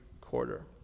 quarter